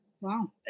Wow